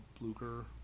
Blucher